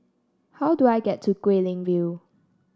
how do I get to Guilin View